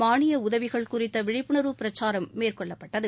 மானிய உதவிகள் குறித்த விழிப்புணர்வு பிரச்சாரம் மேற்கொள்ளப்பட்டது